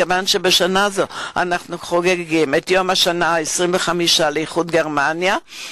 מכיוון שבשנה זו אנחנו חוגגים את יום השנה ה-25 לאיחוד גרמניה,